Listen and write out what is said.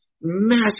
massive